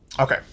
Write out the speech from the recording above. Okay